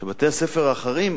בתי-הספר האחרים,